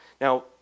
Now